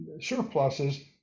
surpluses